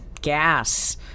gas